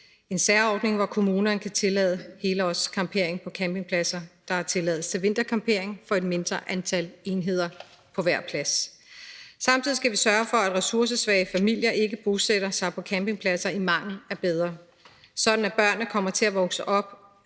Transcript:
en særordning, hvor kommunen kan tillade helårscampering på campingpladser, der har tilladelse til vintercampering for et mindre antal enheder på hver plads. Samtidig skal vi sørge for, at ressourcesvage familier ikke bosætter sig på campingpladser i mangel af bedre, sådan at børnene ikke kommer til at vokse op